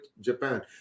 Japan